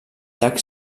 llac